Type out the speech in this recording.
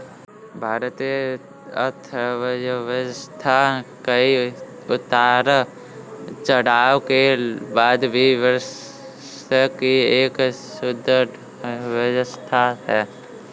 भारतीय अर्थव्यवस्था कई उतार चढ़ाव के बाद भी विश्व की एक सुदृढ़ व्यवस्था है